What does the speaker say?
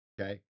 okay